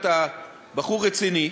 אתה בחור רציני,